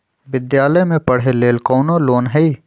विद्यालय में पढ़े लेल कौनो लोन हई?